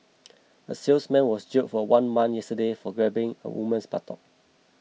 a salesman was jailed for one month yesterday for grabbing a woman's buttock